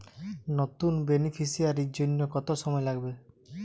নতুন বেনিফিসিয়ারি জন্য কত সময় লাগবে?